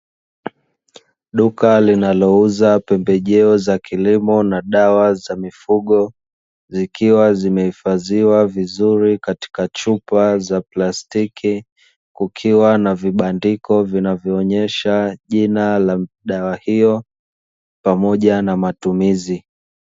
Duka linalouza pembejeo za kilimo na dawa za mifugo na zikiwa zimehifadhiwa vizuri katika chupa za plastiki, kukiwa na vibandiko vinavyoonyesha jina la dawa hiyo pamoja na matumizi.